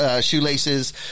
shoelaces